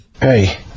Hey